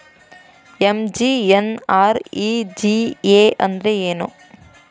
MGNREGA ಅಂದ್ರೆ ಏನು?